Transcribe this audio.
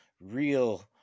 real